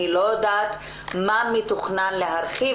אני לא יודעת מה מתוכנן להרחיב,